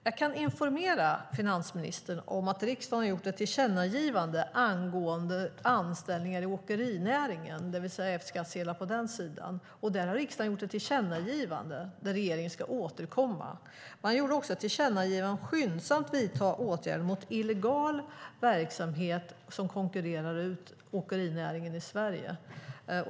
Jag kan informera finansministern om att riksdagen har gjort ett tillkännagivande angående anställningar i åkerinäringen och F-skattsedlar på den sidan. Riksdagen har gjort ett tillkännagivande som regeringen ska återkomma om. Riksdagen gjorde också ett tillkännagivande om att skyndsamt vidta åtgärder mot illegal verksamhet som konkurrerar ut åkerinäringen i Sverige.